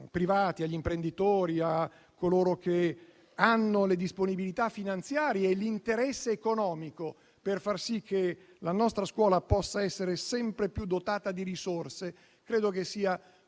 privati, agli imprenditori, a coloro che hanno le disponibilità finanziarie e l'interesse economico per far sì che la nostra scuola possa essere sempre più dotata di risorse, sia